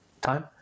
time